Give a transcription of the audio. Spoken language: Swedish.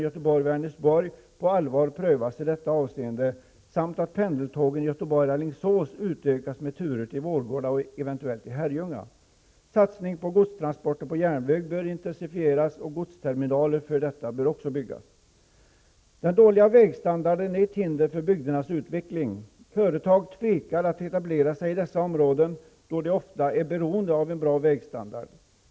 Göteborg--Vänersborg på allvar prövas i detta avseende samt, så att pendeltågen Göteborg-- Alingsås utökas med turer till Vårgårda och eventuellt till Herrljunga. Satsning på godstransporter på järnväg bör intensifieras och godsterminaler för detta också byggas. Den dåliga vägstandarden är ett hinder för bygdernas utveckling. Företag tvekar att etablera sig i dessa områden, då de ofta är beroende av en bra vägstandard.